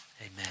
amen